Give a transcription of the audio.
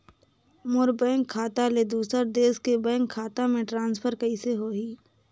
मोर bank खाता ले दुसर देश के बैंक खाता मे ट्रांसफर कइसे होही?